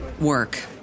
work